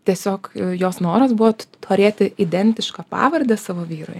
tiesiog jos noras buvo turėti identišką pavardę savo vyrui